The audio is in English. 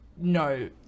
No